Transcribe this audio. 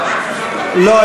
לא.